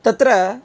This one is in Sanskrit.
तत्र